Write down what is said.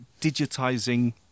digitizing